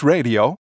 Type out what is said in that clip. Radio